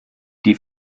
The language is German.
die